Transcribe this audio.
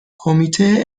کمیته